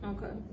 Okay